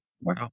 Wow